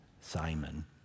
Simon